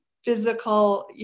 physical